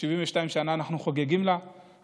72 שנה למדינת ישראל,